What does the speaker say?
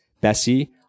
Bessie